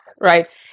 right